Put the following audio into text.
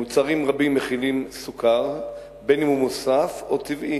מוצרים רבים מכילים סוכר, מוסף או טבעי.